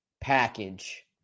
package